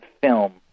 film